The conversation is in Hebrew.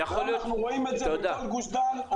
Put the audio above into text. אנחנו רואים את זה בכל גוש דן.